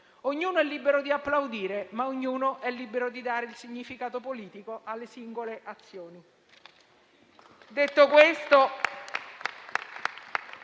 Ognuno è libero di applaudire, ma ognuno è libero di dare significato politico alle singole azioni.